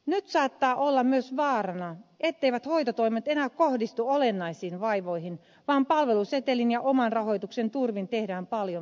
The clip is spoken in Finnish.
nyt saattaa olla myös vaarana etteivät hoitotoimet enää kohdistu olennaisiin vaivoihin vaan palvelusetelin ja oman rahoituksen turvin tehdään paljon turhaa